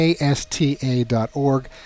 ASTA.org